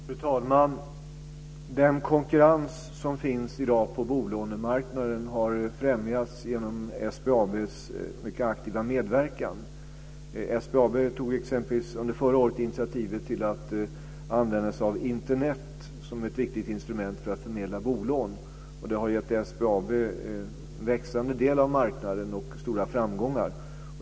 Fru talman! Den konkurrens som i dag finns på bolånemarknaden har främjats genom SBAB:s mycket aktiva medverkan. SBAB tog exempelvis under förra året initiativ till att använda Internet som ett viktigt instrument för att förmedla bolån. Detta har gett SBAB en växande del av marknaden och stora framgångar.